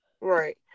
right